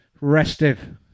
restive